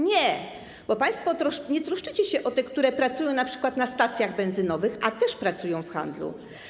Nie, bo państwo nie troszczycie się o te, które pracują na przykład na stacjach benzynowych, a też pracują w handlu.